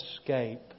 escape